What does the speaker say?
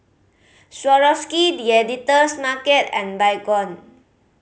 Swarovski The Editor's Market and Baygon